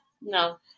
No